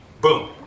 Boom